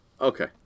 okay